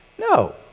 No